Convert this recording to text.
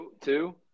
Two